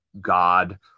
God